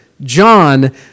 John